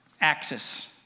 axis